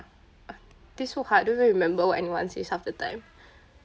this is so hard don't even remember what anyone says half the time